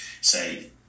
say